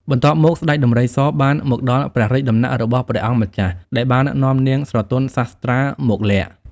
បន្ទាប់មក ស្តេចដំរីសបានមកដល់ព្រះរាជដំណាក់របស់ព្រះអង្គម្ចាស់ ដែលបាននាំនាងស្រទន់សាស្ត្រាមកលាក់ ។